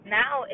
now